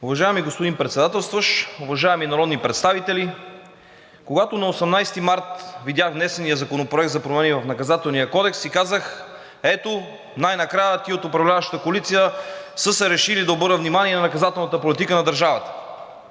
Уважаеми господин Председателстващ, уважаеми народни представители, когато на 18 март видях внесения законопроект за промени в Наказателния кодекс, си казах: „Ето, най-накрая тези от управляващата коалиция са се решили да обърнат внимание на наказателната политика на държавата.“